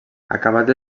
acabats